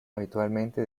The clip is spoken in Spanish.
habitualmente